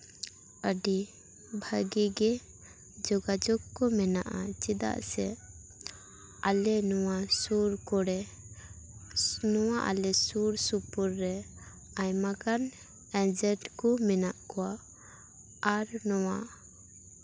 ᱟᱹᱰᱤ ᱵᱷᱟᱹᱜᱤ ᱜᱮ ᱡᱳᱜᱟᱡᱳᱜᱽ ᱠᱚ ᱢᱮᱱᱟᱜᱼᱟ ᱪᱮᱫᱟᱜ ᱥᱮ ᱟᱞᱮ ᱱᱚᱣᱟ ᱥᱩᱨ ᱠᱚᱨᱮ ᱱᱚᱣᱟ ᱟᱞᱮ ᱥᱩᱨᱼᱥᱩᱯᱩᱨ ᱨᱮ ᱟᱭᱟᱢᱟ ᱜᱟᱱ ᱮᱹᱡᱮᱱᱴ ᱠᱚ ᱢᱮᱱᱟᱜ ᱠᱚᱣᱟ ᱟᱨ ᱱᱚᱣᱟ